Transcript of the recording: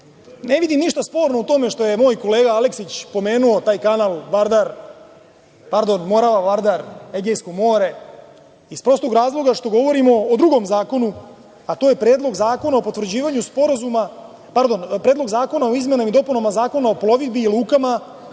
vidim ništa sporno u tome što je moj kolega Aleksić pomenuo taj kanal Morava-Vardar-Egejsko more iz prostog razloga što govorimo o drugom zakonu, a to je Predlog zakona o izmenama i dopunama Zakona o plovidbi i lukama